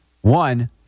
One